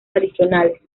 adicionales